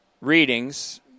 readings